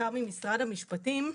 בעיקר ממשרד המשפטים.